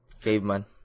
Caveman